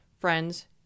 friends